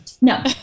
no